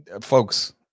folks